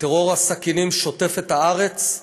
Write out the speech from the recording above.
כשטרור הסכינים שוטף את הארץ,